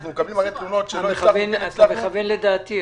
אנחנו מקבלים הרבה תלונות שלא הצלחנו --- אתה מכוון לדעתי,